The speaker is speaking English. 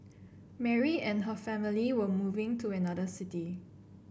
Mary and her family were moving to another city